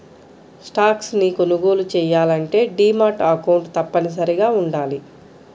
stocks ని కొనుగోలు చెయ్యాలంటే డీమాట్ అకౌంట్ తప్పనిసరిగా వుండాలి